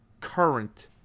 current